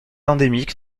endémique